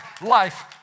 life